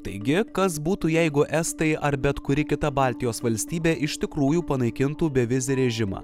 taigi kas būtų jeigu estai ar bet kuri kita baltijos valstybė iš tikrųjų panaikintų bevizį režimą